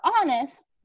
honest